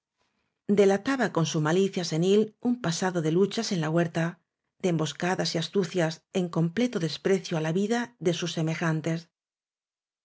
delataba con su malicia senil un pasado de lu chas en la huerta de emboscadas y astucias un completo desprecio á la vida de sus